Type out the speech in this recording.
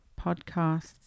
podcasts